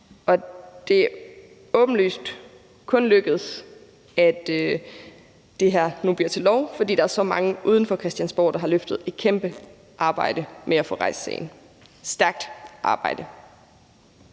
Det er åbenlyst kun lykkedes, at det her nu bliver til lov, fordi der er så mange uden for Christiansborg, der har løftet et kæmpe arbejde med at få rejst sagen. Stærkt arbejde!